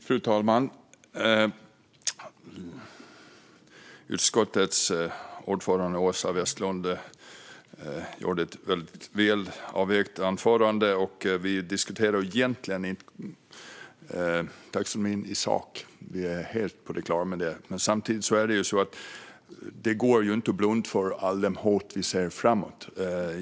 Fru talman! Utskottets ordförande Åsa Westlund höll ett väldigt väl avvägt anförande. Vi diskuterar egentligen inte taxonomin i sak. Det är jag helt på det klara med. Men samtidigt går det inte att blunda för alla hot som vi ser framöver.